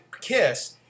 Kiss